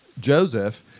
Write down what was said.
Joseph